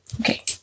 Okay